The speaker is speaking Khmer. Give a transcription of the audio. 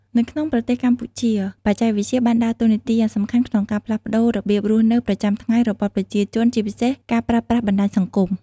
នៅក្នុងប្រទេសកម្ពុជា បច្ចេកវិទ្យាបានដើរតួនាទីយ៉ាងសំខាន់ក្នុងការផ្លាស់ប្តូររបៀបរស់នៅប្រចាំថ្ងៃរបស់ប្រជាជន ជាពិសេសការប្រើប្រាស់បណ្តាញសង្គម។